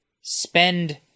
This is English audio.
spend